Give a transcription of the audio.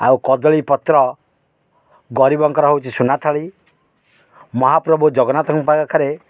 ଆଉ କଦଳୀ ପତ୍ର ଗରିବଙ୍କର ହେଉଛି ସୁନାଥଳି ମହାପ୍ରଭୁ ଜଗନ୍ନାଥଙ୍କ ପାଖରେ